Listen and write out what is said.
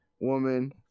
woman